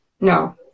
no